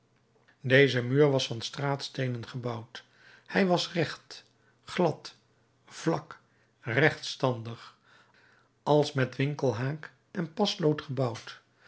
deze muur was van straatsteenen gebouwd hij was recht glad vlak rechtstandig als met winkelhaak en paslood gebouwd